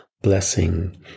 blessing